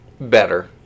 better